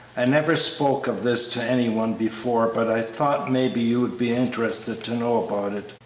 i never spoke of this to any one before but i thought maybe you'd be interested to know about it,